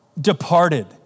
departed